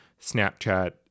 Snapchat